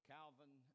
Calvin